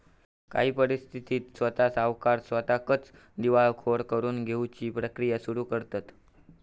काही परिस्थितीत स्वता सावकार स्वताकच दिवाळखोर करून घेउची प्रक्रिया सुरू करतंत